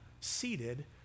seated